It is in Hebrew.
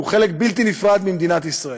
שהוא חלק בלתי נפרד ממדינת ישראל.